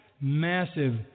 massive